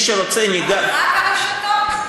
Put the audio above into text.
מי שרוצה, רק הרשתות?